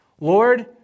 Lord